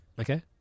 Okay